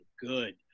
good